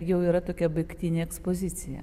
jau yra tokia baigtinė ekspozicija